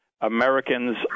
Americans